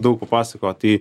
daug papasakojo tai